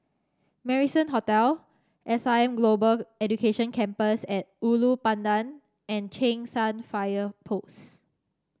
Marrison Hotel S I M Global Education Campus at Ulu Pandan and Cheng San Fire Post